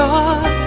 God